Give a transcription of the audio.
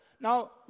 Now